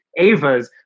avas